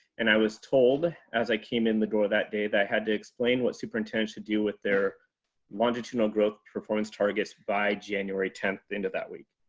and i was told as i came in the door that day. that i had to explain, what superintendent should deal with their longitudinal growth performance targets by january tenth? the end of that week.